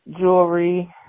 jewelry